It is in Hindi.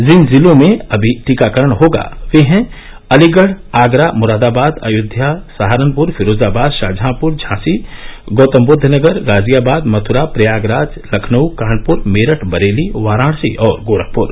जिन जिलों में टीकाकरण होगा वे हैं अलीगढ़ आगरा मुरादाबाद अयोध्या सहारनपुर फिरोजाबाद शाहजहांपुर झांसी गौतमबुद्वनगर गाजियाबाद मथुरा प्रयागराज लखनऊ कानपुर मेरठ बरेली वाराणसी और गोरखपुर